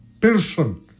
person